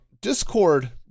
discord